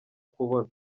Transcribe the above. kubona